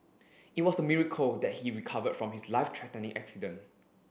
it was a miracle that he recovered from his life threatening accident